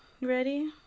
ready